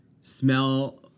Smell